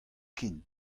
ken